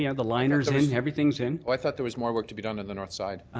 yeah the liner is and and in, everything is in. i thought there was more work to be done on the north side.